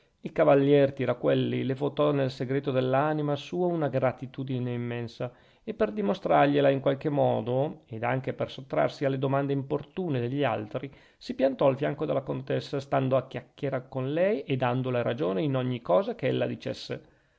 il cavalier tiraquelli le votò nel segreto dell'anima sua una gratitudine immensa e per dimostrargliela in qualche modo ed anche per sottrarsi alle domande importune degli altri si piantò al fianco della contessa stando a chiacchiera con lei e dandole ragione in ogni cosa che ella dicesse